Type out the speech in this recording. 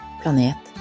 planet